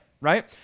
right